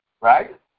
right